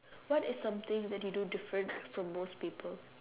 what is something that you do different from most people